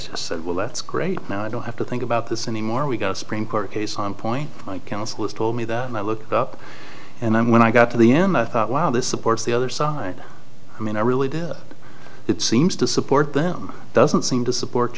said well that's great now i don't have to think about this anymore we've got a supreme court case on point counselors told me that and i looked up and then when i got to the end i thought wow this supports the other side i mean i really did it seems to support them doesn't seem to support